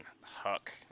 Huck